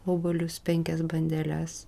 obuolius penkias bandeles